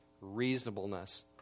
reasonableness